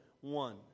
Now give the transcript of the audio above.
one